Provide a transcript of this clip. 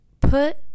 put